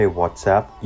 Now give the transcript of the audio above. whatsapp